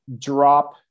drop